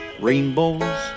Rainbows